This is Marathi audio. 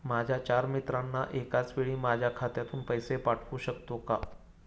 माझ्या चार मित्रांना एकाचवेळी माझ्या खात्यातून पैसे पाठवू शकतो का?